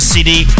City